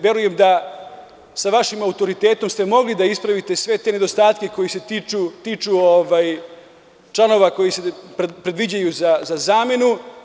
Verujem da sa vašimautoritetom ste mogli da ispravite sve te nedostatke koji se tiču članova koji se predviđaju za zamenu.